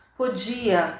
podia